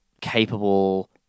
capable